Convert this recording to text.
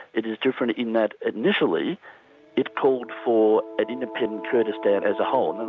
it is different in that initially it called for an independent kurdistan as a whole. and